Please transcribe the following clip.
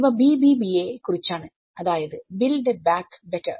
ഇവ BBB യെ കുറിച്ചാണ് അതായത് ബിൽഡ് ബാക്ക് ബെറ്റർ